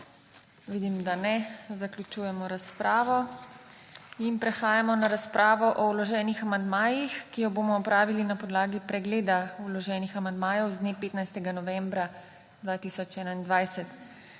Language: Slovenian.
Vidim, da ne. Zaključujemo razpravo. In prehajamo na razpravo o vloženih amandmajih, ki jo bomo opravili na podlagi pregleda vloženih amandmajev z dne 15. novembra 2021.